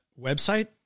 website